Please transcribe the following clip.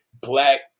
black